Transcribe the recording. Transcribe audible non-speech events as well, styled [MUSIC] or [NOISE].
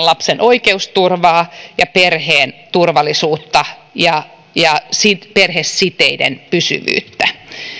[UNINTELLIGIBLE] lapsen oikeusturvaa perheen turvallisuutta ja ja perhesiteiden pysyvyyttä